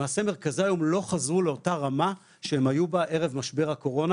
למעשה מרכזי היום לא חזרו לאותה רמה שהם היו בה ערב משבר הקורונה,